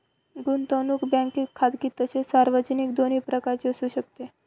गुंतवणूक बँकिंग खाजगी तसेच सार्वजनिक दोन्ही प्रकारची असू शकते